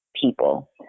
people